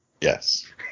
Yes